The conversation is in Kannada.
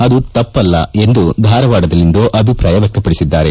ಅದು ತಪ್ಪಲ್ಲ ಎಂದು ಧಾರವಾಡದಲ್ಲಿಂದು ಅಭಿಪ್ರಾಯ ವ್್ರಕ್ಷಪಡಿಸಿದ್ದಾರೆ